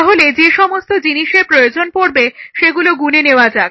তাহলে যে সমস্ত জিনিসের প্রয়োজন পড়বে সেগুলো গুনে নেয়া যাক